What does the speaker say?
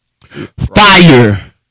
fire